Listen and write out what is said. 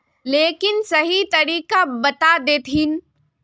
लेकिन सही तरीका बता देतहिन?